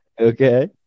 Okay